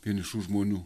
vienišų žmonių